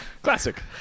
Classic